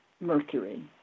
Mercury